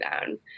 down